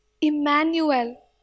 Emmanuel